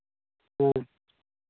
ᱦᱮᱸ